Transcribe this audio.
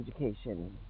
education